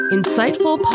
Insightful